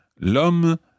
L'homme